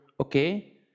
okay